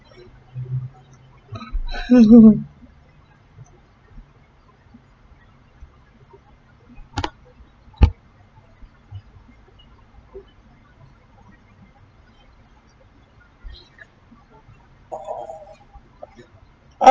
uh